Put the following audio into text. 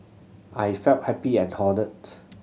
I felt happy and honoured